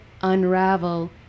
unravel